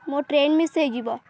ମୋ train miss ହେଇଯିବ